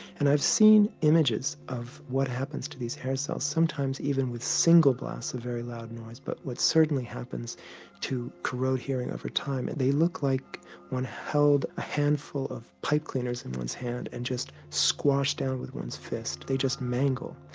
and i've seen images of what happens to these hair cells, sometimes even with single blasts of very loud noise, but what certainly happens to corrode hearing over time and they look like one held a handful of pipe cleaners in one's hand and just squashed down with one's fist they just mangle.